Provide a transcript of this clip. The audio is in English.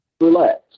relax